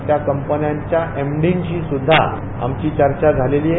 त्या कंपन्यांच्या एमडींशी सुद्धा आमची चर्चा झालेली आहे